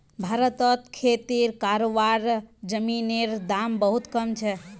भारतत खेती करवार जमीनेर दाम बहुत कम छे